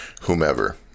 whomever